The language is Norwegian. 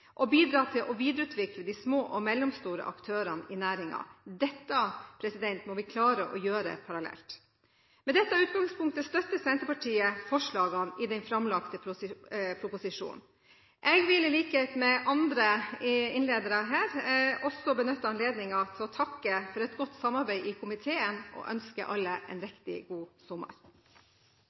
å bidra til å videreutvikle de små og mellomstore aktørene i næringen. Dette må vi klare å gjøre parallelt. Med dette utgangspunktet støtter Senterpartiet forslagene i den framlagte proposisjonen. Jeg vil i likhet med andre talere her benytte anledningen til å takke for et godt samarbeid i komiteen, og ønsker alle en riktig god sommer!